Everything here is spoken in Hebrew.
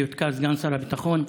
בהיותך סגן שר הביטחון,